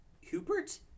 Hubert